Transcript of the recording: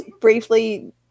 briefly